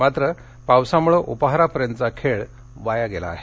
मात्र पावसामुळं उपहारापर्यंतचा खेळ वाया गेला आहे